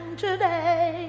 today